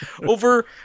over